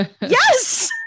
yes